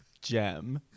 gem